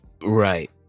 Right